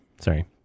Sorry